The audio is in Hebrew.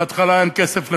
בהתחלה אין כסף לחופשות,